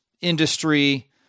industry